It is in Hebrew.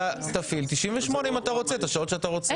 אתה תפעיל 98 אם אתה רוצה את השעות שאתה רוצה.